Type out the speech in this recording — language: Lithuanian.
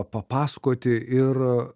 papasakoti ir